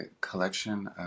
collection